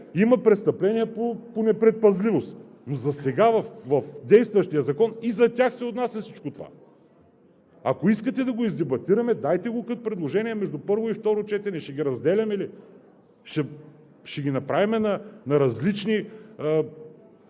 Има престъпления по непредпазливост, но засега в действащия закон и за тях се отнася всичко това. Ако искате да го издебатираме, дайте го като предложение между първо и второ четене. Ще ги разделяме ли, ще ги направим на различни